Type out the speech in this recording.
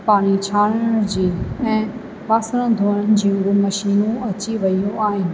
पाणी छाणण जी ऐं बासण धोअण जूं मशीनूं अची वयूं आहिनि